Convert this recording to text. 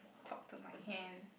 talk to my hand